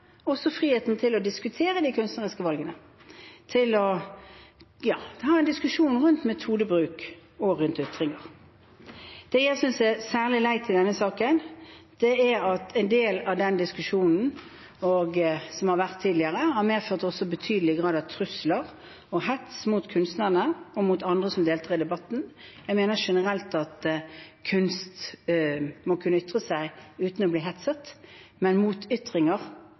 også friheten til å diskutere de kunstneriske valgene, til å ha en diskusjon rundt metodebruk og ytringer. Det jeg synes er særlig leit i denne saken, er at en del av den diskusjonen som har vært tidligere, også har medført en betydelig grad av trusler og hets mot kunstnerne og mot andre som deltar i debatten. Jeg mener generelt at kunst må kunne ytres uten å bli hetset, men motytringer – også mot